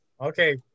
Okay